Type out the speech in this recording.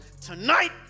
tonight